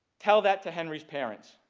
tell that to henry's parents.